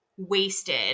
wasted